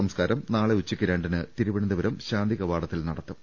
സംസ്കാരം നാളെ ഉച്ചയ്ക്ക് രണ്ടിന് തിരുവനന്ത പുരം ശാന്തികവാടത്തിൽ നടത്തും